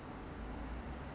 err 洗脸的